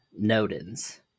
nodens